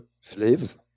slaves